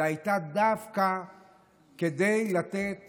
זה היה דווקא כדי לתת